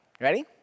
Ready